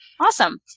Awesome